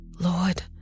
Lord